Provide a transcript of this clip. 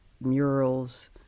murals